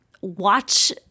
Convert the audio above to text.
watch